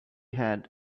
had